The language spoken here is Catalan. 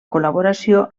col·laboració